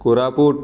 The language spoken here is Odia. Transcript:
କୋରାପୁଟ